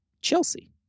Chelsea